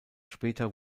später